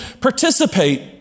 participate